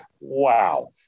wow